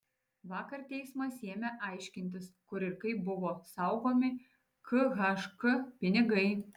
vakar teismas ėmė aiškintis kur ir kaip buvo saugomi khk pinigai